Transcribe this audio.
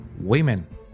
Women